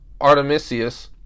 Artemisius